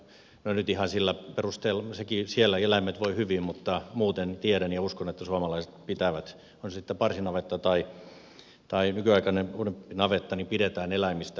no en nyt ihan sillä perusteella sielläkin eläimet voivat hyvin mutta muuten tiedän ja uskon että suomalaiset pitävät on se sitten parsinavetta tai nykyaikainen uudempi navetta eläimistä hyvää huolta